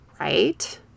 right